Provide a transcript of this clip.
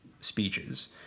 speeches